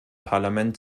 parlament